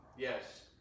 Yes